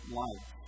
life